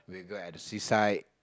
we go at the seaside